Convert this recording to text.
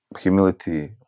Humility